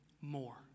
more